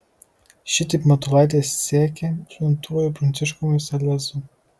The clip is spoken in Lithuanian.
šitaip matulaitis sekė šventuoju pranciškumi salezu